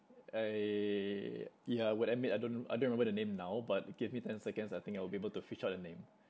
I yeah I would admit I don't I don't remember the name now but give me ten seconds I think I will be able to fish out the name